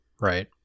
right